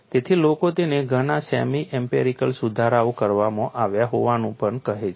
તેથી લોકો તેને ઘણા સેમી એમ્પિરિકલ સુધારાઓ કરવામાં આવ્યા હોવાનું પણ કહે છે